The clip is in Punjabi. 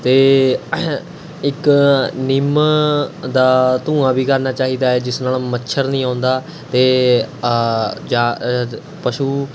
ਅਤੇ ਇੱਕ ਨਿੰਮ ਦਾ ਧੂੰਆਂ ਵੀ ਕਰਨਾ ਚਾਹੀਦਾ ਏ ਜਿਸ ਨਾਲ਼ ਮੱਛਰ ਨਹੀਂ ਆਉਂਦਾ ਅਤੇ ਜਾਂ ਪਸ਼ੂ